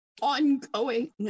ongoing